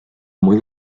muy